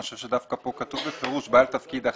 אני חושב שדווקא כאן כתוב בפירוש בעל תפקיד אחר.